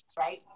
right